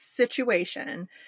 Situation